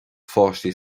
pháistí